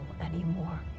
anymore